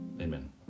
amen